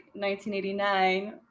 1989